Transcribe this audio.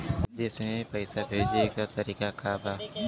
विदेश में पैसा भेजे के तरीका का बा?